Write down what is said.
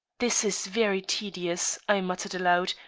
this is very tedious, i muttered aloud,